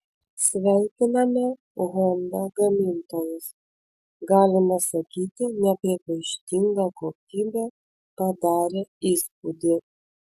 sveikiname honda gamintojus galima sakyti nepriekaištinga kokybė padarė įspūdį